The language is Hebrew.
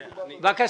תודה?